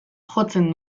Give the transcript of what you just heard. jotzen